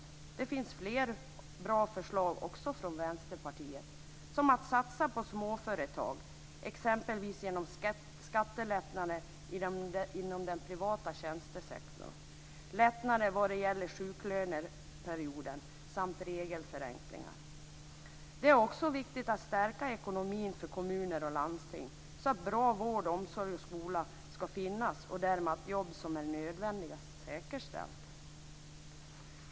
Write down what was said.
Men det finns fler bra förslag från Vänsterpartiet. Det kan vara att satsa på småföretag, t.ex. med hjälp av skattelättnader inom den privata tjänstesektorn, lättnader vad gäller sjuklöneperioden samt regelförenklingar. Det är också viktigt att stärka ekonomin för kommuner och landsting, så att bra vård, omsorg och skola finns och därmed nödvändiga jobb säkerställs.